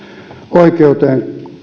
oikeuteen